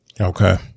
Okay